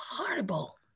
horrible